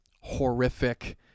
horrific